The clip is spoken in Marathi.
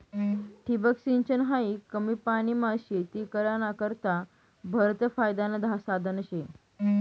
ठिबक सिंचन हायी कमी पानीमा शेती कराना करता भलतं फायदानं साधन शे